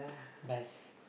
vase